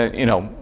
you know,